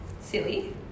silly